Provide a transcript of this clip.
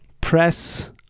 press